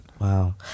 wow